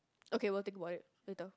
okay we'll think about it later